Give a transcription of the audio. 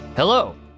Hello